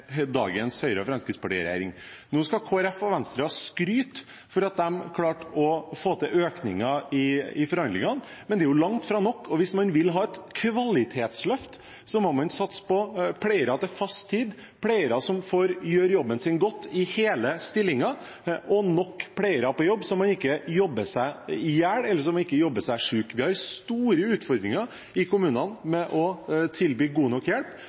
skryt for at de klarte å få til økninger i forhandlingene, men det er langt fra nok. Hvis man vil ha et kvalitetsløft, må man satse på pleiere til fast tid, pleiere som får gjøre jobben sin godt i hele stillinger, og nok pleiere på jobb, slik at man ikke jobber seg i hjel eller jobber seg syk. Vi har store utfordringer i kommunene med å tilby god nok hjelp,